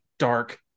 dark